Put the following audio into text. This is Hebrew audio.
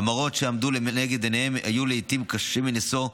המראות שעמדו לנגד עיניהם היו לעיתים קשים מנשוא,